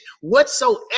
whatsoever